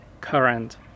current